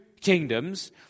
kingdoms